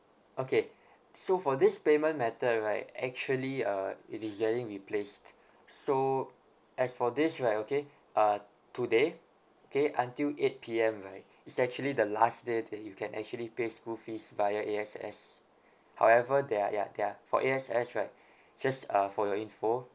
okay so for this payment method right actually uh it is getting replaced so as for this right okay uh today okay until eight P_M right is actually the last day that you can actually pay school fees via A_X_S however they're they're they're for A_X_S right just uh for your info